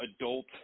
adult